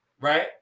right